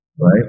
Right